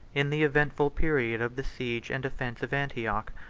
in the eventful period of the siege and defence of antioch,